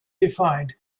defined